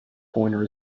pointer